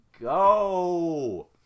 go